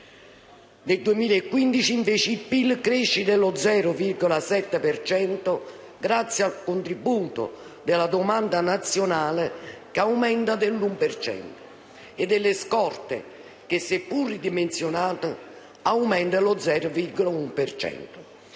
Nel 2015 invece il PIL cresce dello 0,7 per cento, grazie al contributo della domanda nazionale, che aumenta dell'1 per cento, e delle scorte che, seppur ridimensionate, aumentano dell'0,1